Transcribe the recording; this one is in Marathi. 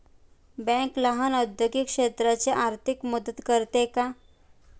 बँक लहान औद्योगिक क्षेत्राची आर्थिक मदत करते का?